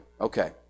Okay